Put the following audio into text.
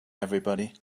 everybody